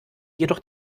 jedoch